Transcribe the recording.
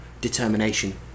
determination